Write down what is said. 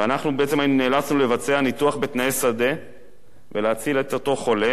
ואנחנו בעצם נאלצנו לבצע ניתוח בתנאי שדה ולהציל את אותו חולה,